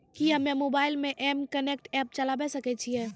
कि हम्मे मोबाइल मे एम कनेक्ट एप्प चलाबय सकै छियै?